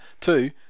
Two